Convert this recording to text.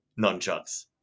nunchucks